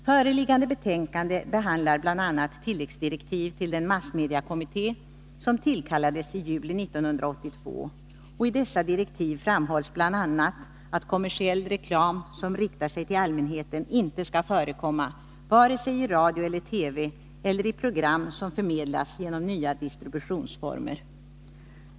Föreliggande betänkande behandlar bl.a. tilläggsdirektiv till den massmediekommitté som tillkallades i juli 1982. I dessa direktiv framhålls bl.a. att kommersiell reklam som riktar sig till allmänheten inte skall förekomma vare sig i radio eller TV eller i program som förmedlas genom nya distributionsformer.